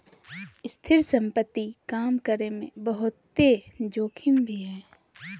स्थिर संपत्ति काम करे मे बहुते जोखिम भी हय